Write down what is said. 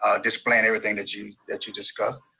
ah this plan, everything that you that you discussed,